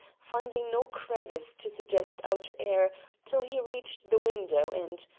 finding no crevice to suggest outer air till he reached the window, and,